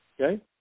okay